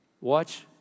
watch